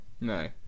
No